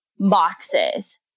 boxes